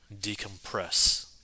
decompress